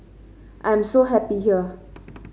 I am so happy here